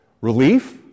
Relief